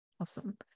Awesome